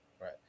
Right